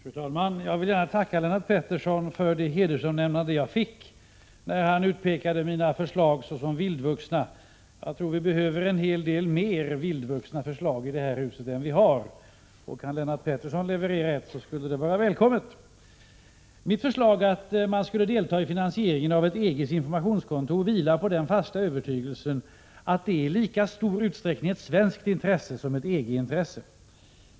Fru talman! Jag vill gärna tacka Lennart Pettersson för det hedersomnämnande jag fick när han utpekade mina förslag såsom vildvuxna. Jag tror att vi behöver en hel del mer av vildvuxna förslag i det här huset. Om Lennart Pettersson kan leverera ett skulle det vara välkommet. Mitt förslag att vi skulle delta i finansieringen av ett EG:s informationskontor vilar på den fasta övertygelsen att detta är i lika stor utsträckning ett svenskt intresse som ett EG-intresse.